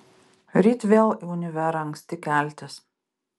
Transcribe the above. ryt vėl į univerą anksti keltis